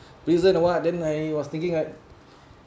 prison or what then I was thinking right